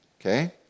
okay